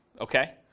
okay